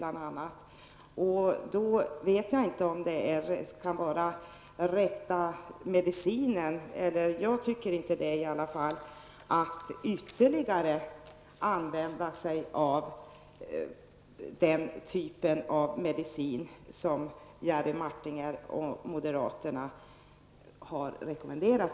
Jag tycker inte att det kan vara rätt att ytterligare använda den medicin som Jerry Martinger och moderaterna har rekommenderat.